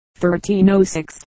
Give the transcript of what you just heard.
1306